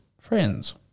friends